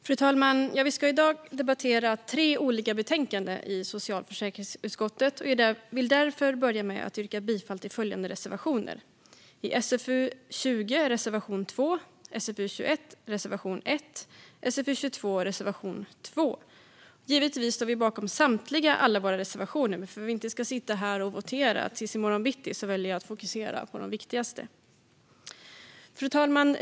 Fru talman! I dag debatterar vi tre olika betänkanden från socialförsäkringsutskottet. Jag vill därför börja med att yrka bifall till följande reservationer: reservation 2 i SfU20, reservation 1 i SfU21 och reservation 2 i SfU22. Givetvis står vi bakom samtliga våra reservationer, men för att vi alla inte ska sitta här och votera tills i morgon bitti väljer jag att fokusera på de viktigaste. Fru talman!